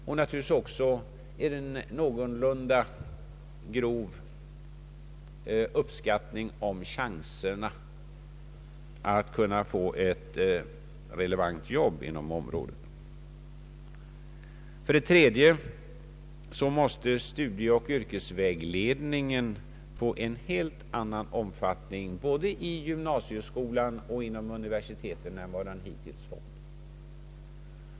Man bör också få en uppskattning om chanserna att få ett relevant arbete inom området. För det tredje måste studieoch yrkesvägledningen få en helt annan omfattning både i gymnasieskolan och inom universiteten än vad den hittills haft.